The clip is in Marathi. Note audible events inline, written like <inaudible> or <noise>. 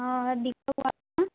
हां <unintelligible> ना